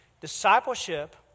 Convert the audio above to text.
discipleship